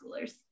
schoolers